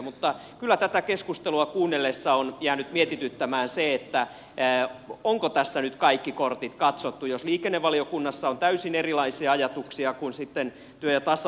mutta kyllä tätä keskustelua kuunnellessa on jäänyt mietityttämään se onko tässä nyt kaikki kortit katsottu jos liikennevaliokunnassa on täysin erilaisia ajatuksia kuin sitten työ ja tasa arviovaliokunnassa